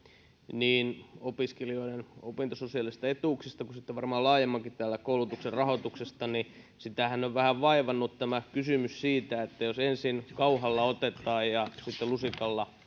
niin opiskelijoiden opintososiaalisista etuuksista kuin sitten varmaan laajemminkin koulutuksen rahoituksesta on vähän vaivannut kysymys siitä että ensin kauhalla otetaan ja ja sitten lusikalla